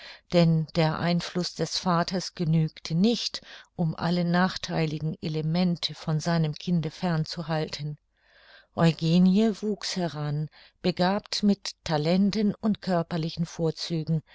denn der einfluß des vaters genügte nicht um alle nachtheiligen elemente von seinem kinde fern zu halten eugenie wuchs heran begabt mit talenten und körperlichen vorzügen